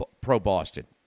pro-Boston